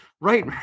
Right